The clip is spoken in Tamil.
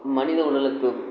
மனித உடலுக்கு